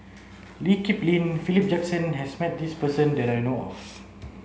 Lee Kip Lin Philip Jackson has met this person that I know of